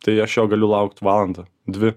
tai aš jo galiu laukt valandą dvi